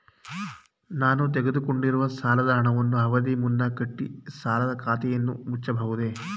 ನಾನು ತೆಗೆದುಕೊಂಡಿರುವ ಸಾಲದ ಹಣವನ್ನು ಅವಧಿಗೆ ಮುನ್ನ ಕಟ್ಟಿ ಸಾಲದ ಖಾತೆಯನ್ನು ಮುಚ್ಚಬಹುದೇ?